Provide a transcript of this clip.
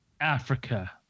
Africa